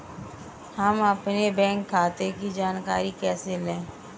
हम अपने बैंक खाते की जानकारी कैसे लें?